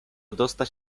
dostać